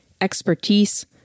expertise